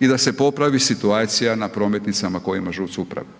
i da se popravi situacija na prometnicama koje ima ŽUC upravu.